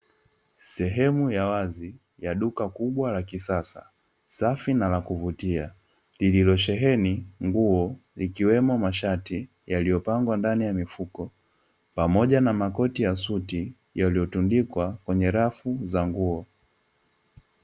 Sehemu ya wazi ya duka kubwa la kisasa, safi na la kuvutia, lililosheheni nguo, ikiwemo mashati yaliyopangwa ndani ya mifuko, pamoja na makoti ya suti, yaliyotundikwa kwenye rafu za nguo.